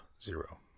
zero